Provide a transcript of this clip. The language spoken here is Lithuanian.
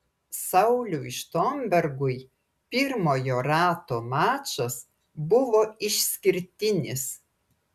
sauliui štombergui pirmojo rato mačas buvo išskirtinis